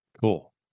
Cool